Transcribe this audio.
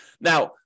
Now